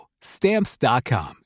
Stamps.com